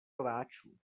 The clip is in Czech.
rváčů